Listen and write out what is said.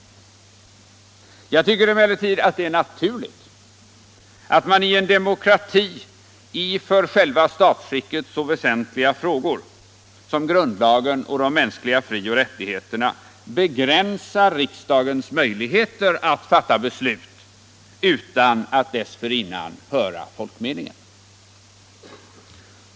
Jag tycker emellertid att det är naturligt att man i en demokrati i för själva statsskicket så väsentliga frågor som grundlagen och de mänskliga 33 frioch rättigheterna begränsar riksdagens möjligheter att fatta beslut utan att dessförinnan höra folkmeningen.